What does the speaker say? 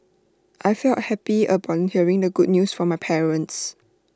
I felt happy upon hearing the good news from my parents